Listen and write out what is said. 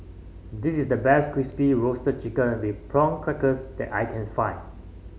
this is the best Crispy Roasted Chicken with Prawn Crackers that I can find